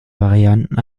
varianten